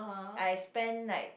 I spend like